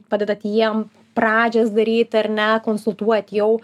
padedat jiem pradžias daryt ar ne konsultuot jau